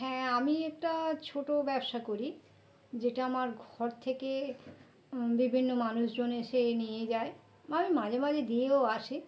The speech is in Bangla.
হ্যাঁ আমি একটা ছোটো ব্যবসা করি যেটা আমার ঘর থেকে বিভিন্ন মানুষজন এসে নিয়ে যায় আমি মাঝে মাঝে দিয়েও আসি